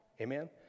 Amen